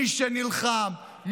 מי שנלחם,